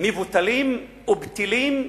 מבוטלות ובטלות,